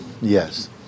Yes